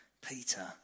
Peter